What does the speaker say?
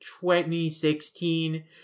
2016